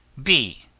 b.